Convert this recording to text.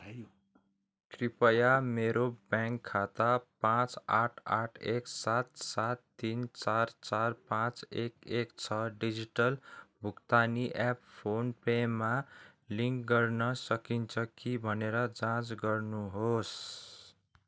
कृपया मेरो ब्याङ्क खाता पाँच आठ आठ एक सात सात तिन चार चार पाँच एक एक छ डिजिटल भुक्तानी एप फोन पेमा लिङ्क गर्न सकिन्छ कि भनेर जाँच गर्नुहोस्